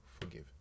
forgive